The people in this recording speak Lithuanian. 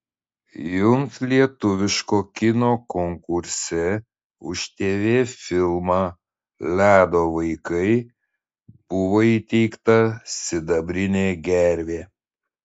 jums lietuviško kino konkurse už tv filmą ledo vaikai buvo įteikta sidabrinė gervė